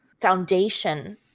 foundation